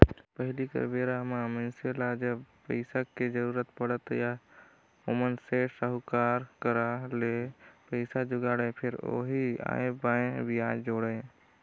पहिली कर बेरा म मइनसे ल जब पइसा के जरुरत पड़य त ओमन सेठ, साहूकार करा ले पइसा जुगाड़य, फेर ओही आंए बांए बियाज जोड़य